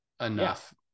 enough